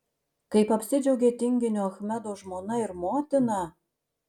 kaip apsidžiaugė tinginio achmedo žmona ir motina